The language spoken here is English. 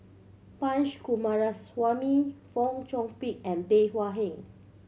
Punch Coomaraswamy Fong Chong Pik and Bey Hua Heng